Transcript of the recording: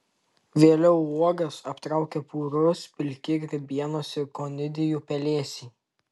vėliau uogas aptraukia purūs pilki grybienos ir konidijų pelėsiai